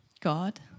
God